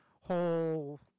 whole